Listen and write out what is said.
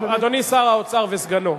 טוב, אדוני שר האוצר וסגנו.